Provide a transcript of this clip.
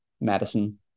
medicine